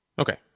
Okay